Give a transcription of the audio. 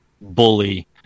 bully